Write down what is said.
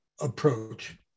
approach